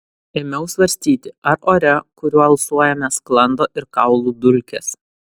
ėmiau svarstyti ar ore kuriuo alsuojame sklando ir kaulų dulkės